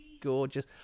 gorgeous